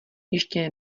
ještě